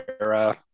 era